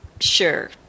sure